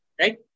right